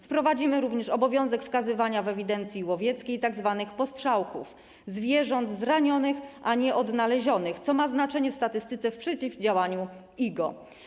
Wprowadzimy również obowiązek wykazywania w ewidencji łowieckiej tzw. postrzałków, zwierząt zranionych, a nieodnalezionych, co ma znaczenie w statystyce dotyczącej przeciwdziałania IGO.